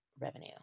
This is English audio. revenue